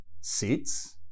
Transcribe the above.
seats